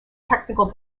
technical